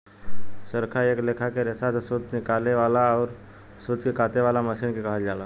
चरखा एक लेखा के रेसा से सूत निकाले वाला अउर सूत के काते वाला मशीन के कहल जाला